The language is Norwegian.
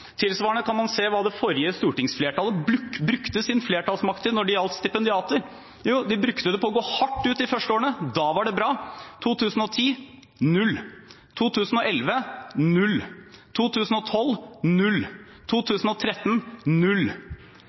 Tilsvarende kan man se hva det forrige stortingsflertallet brukte sin flertallsmakt til når det gjaldt stipendiater. De brukte det til å gå hardt ut de første årene – da var det bra – men i 2010 var det null, i 2011 null, i 2012 null, i 2013 null.